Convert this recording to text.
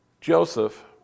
Joseph